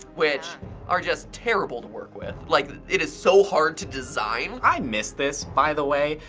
which are just terrible to work with. like it is so hard to design. i miss this, by the way,